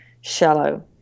shallow